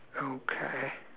okay